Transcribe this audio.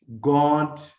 God